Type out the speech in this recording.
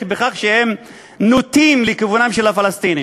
בכך שהם נוטים לכיוונם של הפלסטינים.